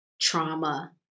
trauma